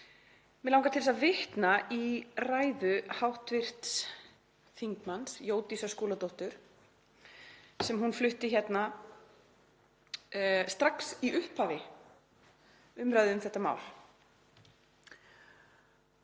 Mig langar til að vitna í ræðu hv. þm. Jódísar Skúladóttur sem hún flutti hérna strax í upphafi umræðu um þetta mál.